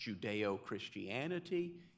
Judeo-Christianity